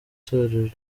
itorero